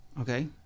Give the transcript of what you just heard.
Okay